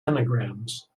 anagrams